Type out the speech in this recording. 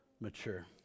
mature